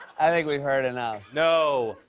i think we've heard enough. no.